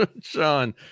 Sean